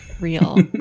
real